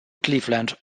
cleveland